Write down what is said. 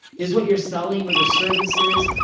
is what you're selling, or the services,